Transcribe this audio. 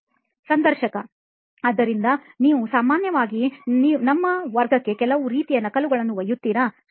ಸಂದರ್ಶಕ ಆದ್ದರಿಂದ ನೀವು ಸಾಮಾನ್ಯವಾಗಿ ನಿಮ್ಮ ವರ್ಗಕ್ಕೆ ಕೆಲವು ರೀತಿಯ ನಕಲನ್ನು ಒಯ್ಯುತ್ತೀರಾ